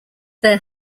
there